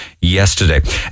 yesterday